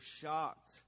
shocked